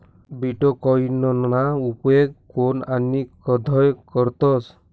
बीटकॉईनना उपेग कोन आणि कधय करतस